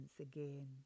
again